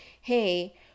hey